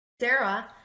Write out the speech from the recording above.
Sarah